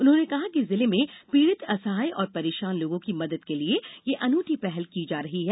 उन्होंने कहा कि जिले में पीड़ित असहाय और परेशान लोगों की मदद के लिए यह अनूंठी पहल की जा रही है